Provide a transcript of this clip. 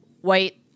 white